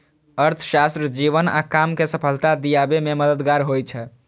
अर्थशास्त्र जीवन आ काम कें सफलता दियाबे मे मददगार होइ छै